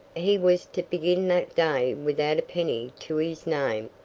he was to begin that day without a penny to his name,